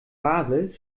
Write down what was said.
basel